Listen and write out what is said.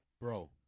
bro